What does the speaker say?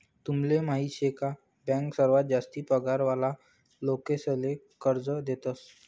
तुमले माहीत शे का बँक सर्वात जास्ती पगार वाला लोकेसले कर्ज देतस